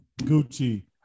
gucci